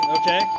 Okay